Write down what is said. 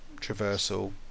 traversal